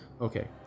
Okay